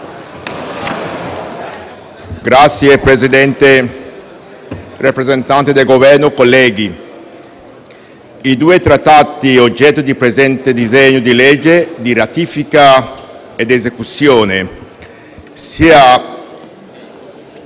Signor Presidente, rappresentanti del Governo, colleghi, i due Trattati oggetto del presente disegno di legge di ratifica ed esecuzione